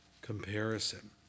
comparison